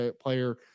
player